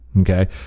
Okay